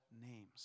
names